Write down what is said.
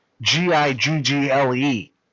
G-I-G-G-L-E